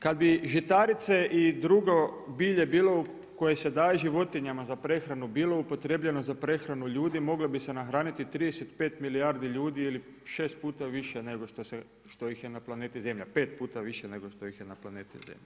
Kada bi žitarice i drugo bilje bilo koje se daje životinjama za prehranu, bilo upotrjebljeno za prehranu ljudi moglo bi se nahraniti 35 milijardi ljudi ili 6 puta više nego što ih je na planeti Zemlja, pet puta više nego što ih je na planeti Zemlja.